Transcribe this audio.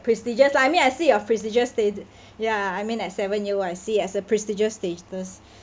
prestigious ah I mean I see it as prestigious stat~ ya I mean at seven year old I see it as a prestigious status